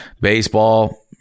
baseball